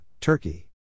Turkey